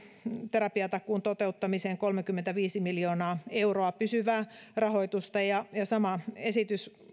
terapiatakuun toteuttamiseen kolmekymmentäviisi miljoonaa euroa pysyvää rahoitusta sama esitys